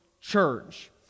church